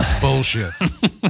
bullshit